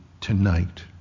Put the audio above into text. tonight